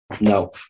No